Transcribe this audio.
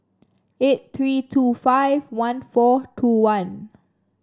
eight three two five one four two one